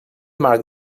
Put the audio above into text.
marc